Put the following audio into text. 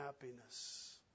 happiness